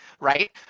Right